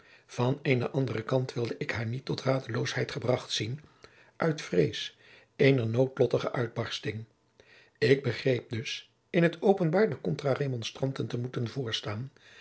van eenen anderen kant wilde ik haar niet tot radeloosheid gebracht zien uit vrees eener noodlottige uitbarsting ik begreep dus in t openbaar de contra-remonstranten te moeten voorstaan